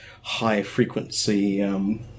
high-frequency